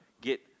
get